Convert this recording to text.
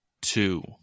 Two